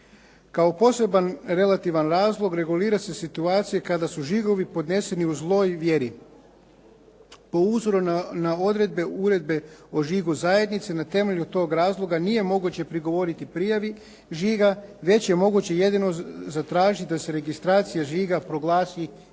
Kao poseban relativan razlog regulira se situacija kada su žigovi podneseni u zloj vjeri. Po uzoru na odredbe Uredbe o žigu zajednice na temelju tog razloga nije moguće prigovoriti prijavi žiga, već je moguće jedino zatražiti da se registracija žiga proglasi ništavnim.